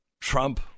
Trump